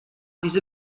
diese